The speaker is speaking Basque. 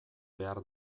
behar